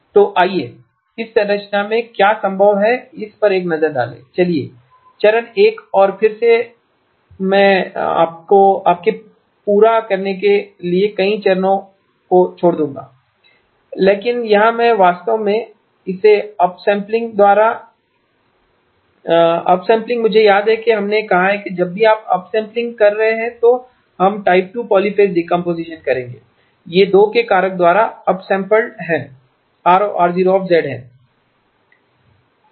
तो आइए इस संरचना में क्या संभव है इस पर एक नज़र डालें इसलिए चरण 1 और फिर से मैं आपके पूरा करने के लिए कई चरणों को छोड़ दूंगा लेकिन यहाँ मैं तो वास्तव में इसे अप सैंपलिंग के साथ 2 के कारक से संयोजित करने जा रहा हूँ तो 2 के एक कारक द्वारा अप सैंपलिंग मुझे याद है कि हमने कहा है कि जब भी आप अप सैंपलिंग कर रहे हैं तो हम टाइप 2 पॉलीफ़ेज़ डिकम्पोज़िशन करेंगे यह 2 के कारक द्वारा अप सैंपलड R0 है